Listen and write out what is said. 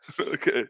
Okay